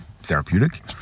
therapeutic